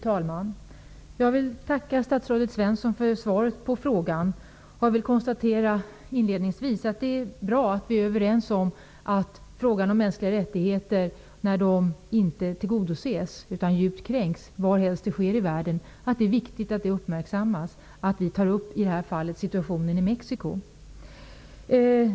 Fru talman! Jag tackar statsrådet Svensson för svaret på min fråga. Jag kan inledningsvis konstatera att vi är överens om att det är viktigt att man uppmärksammar när mänskliga rättigheter inte tillgodoses utan djupt kränks, varhelst det än sker i världen. Det är angeläget att vi i detta fall diskuterar situationen i Mexico.